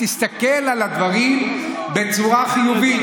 תסתכל על הדברים בצורה חיובית.